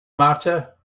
matter